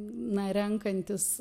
na renkantis